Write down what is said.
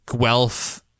Guelph